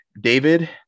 David